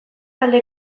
talde